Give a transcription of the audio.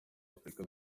afurika